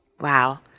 wow